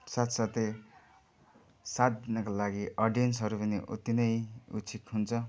साथसाथै साथ दिनको लागि अडियन्सहरू पनि उत्तिकै उत्सुक हुन्छ